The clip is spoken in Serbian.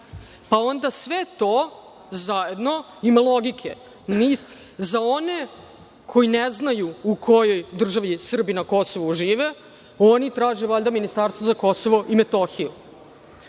pa onda sve to zajedno ima logike za one koji ne znaju u kojoj državi Srbi na Kosovu žive. Oni traže valjda ministarstvo za KiM, pošto